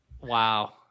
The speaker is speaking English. Wow